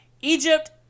Egypt